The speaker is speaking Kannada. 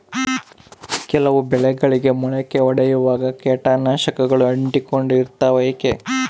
ಕೆಲವು ಬೆಳೆಗಳಿಗೆ ಮೊಳಕೆ ಒಡಿಯುವಾಗ ಕೇಟನಾಶಕಗಳು ಅಂಟಿಕೊಂಡು ಇರ್ತವ ಯಾಕೆ?